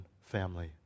family